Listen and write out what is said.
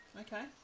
Okay